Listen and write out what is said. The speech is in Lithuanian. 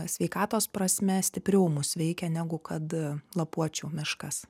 sveikatos prasme stipriau mus veikia negu kad lapuočių miškas